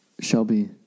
Shelby